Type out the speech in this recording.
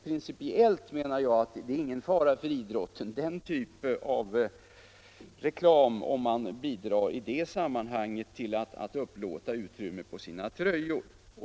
Principiellt menar jag emellertid att det inte utgör någon fara för idrotten, om man i det sammanhanget bidrar till sådan reklam genom att upplåta utrymme på sina tröjor.